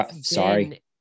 sorry